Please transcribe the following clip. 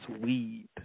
weed